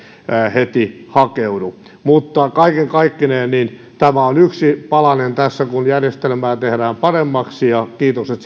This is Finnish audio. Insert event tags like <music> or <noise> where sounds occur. heti hakeudu mutta kaiken kaikkineen tämä on yksi palanen tässä kun järjestelmää tehdään paremmaksi ja kiitokset <unintelligible>